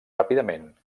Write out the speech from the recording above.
ràpidament